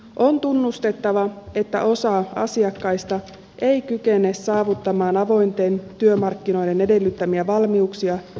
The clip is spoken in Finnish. on tunnustettava että osa asiakkaista ei kykene saavuttamaan avointen työmarkkinoiden edellyttämiä valmiuksia nykyisin palveluin